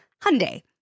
Hyundai